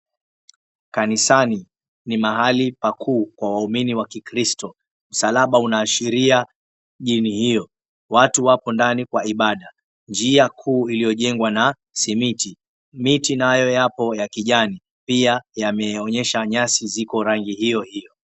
Kanisani ni mahali pakuu kwa waumini wa kikristo, msalaba unaashiria dini hiyo. Watu wako ndani kwa ibada, njia 𝑘𝑢u iliyojengwa na simiti. Miti nao yapo ya kijani pia yameonyesha nyasi ziko rangi hiyo hiyo.